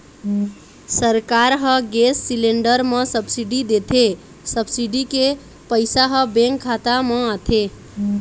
सरकार ह gas cylinder म सब्सिडी देथे, सब्सिडी के पइसा ह बेंक खाता म आथे